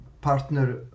partner